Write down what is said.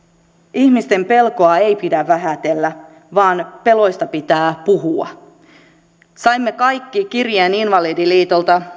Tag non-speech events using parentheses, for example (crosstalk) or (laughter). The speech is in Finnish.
ihmisten pelkoa ei pidä vähätellä vaan peloista pitää puhua saimme kaikki invalidiliitolta (unintelligible)